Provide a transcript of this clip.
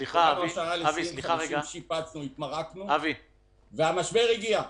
אחרי ששיפצנו והתמרקנו - המשבר הגיע.